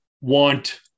want